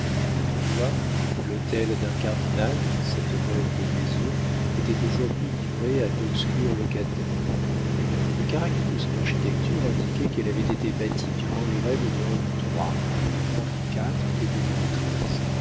autrefois l'hôtel d'un cardinal cette noble maison était aujourd'hui livrée à d'obscurs locataires le caractère de son architecture indiquait qu'elle avait été bâtie durant les règnes de henri iii de henri iv et de